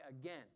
again